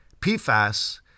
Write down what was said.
PFAS